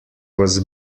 was